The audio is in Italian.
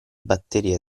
batterie